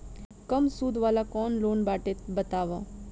कम सूद वाला कौन लोन बाटे बताव?